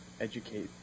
educate